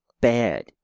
bad